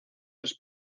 tres